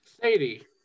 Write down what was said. Sadie